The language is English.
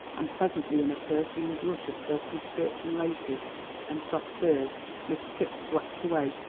and presently in a perfumed rush of silken skirts and laces and soft furs miss tripp swept away,